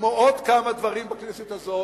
כמו עוד כמה דברים בכנסת הזאת,